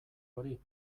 hori